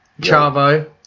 Chavo